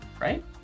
right